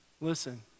listen